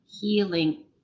healing